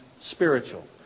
spiritual